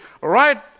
right